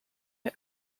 her